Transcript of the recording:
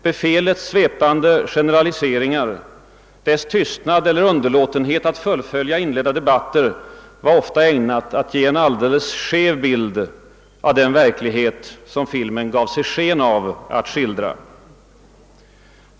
Befälets svepande generaliseringar, dess tystnad eller dess underlåtenhet att fullfölja inledda debatter var ofta ägnade att ge en alldeles skev bild av den verklighet, som filmen gav sig sken av att skildra.